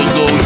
go